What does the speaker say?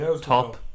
top